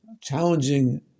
challenging